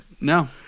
No